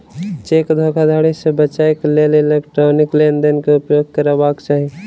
cheque धोखाधड़ी से बचैक लेल इलेक्ट्रॉनिक लेन देन के उपयोग करबाक चाही